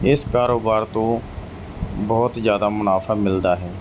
ਇਸ ਕਾਰੋਬਾਰ ਤੋਂ ਬਹੁਤ ਜ਼ਿਆਦਾ ਮੁਨਾਫਾ ਮਿਲਦਾ ਹੈ